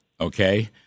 okay